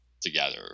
together